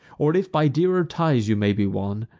or, if by dearer ties you may be won,